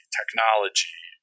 technology